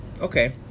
Okay